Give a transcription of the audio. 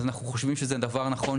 אז אנחנו חושבים שזה דבר נכון,